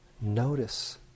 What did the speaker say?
notice